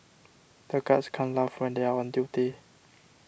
the guards can't laugh when they are on duty